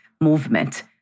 movement